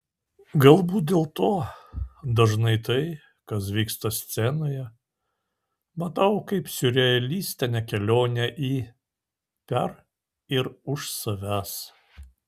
galbūt dėl to dažnai tai kas vyksta scenoje matau kaip siurrealistinę kelionę į per ir už savęs